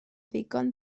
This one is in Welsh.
ddigon